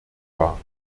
war